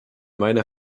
meiner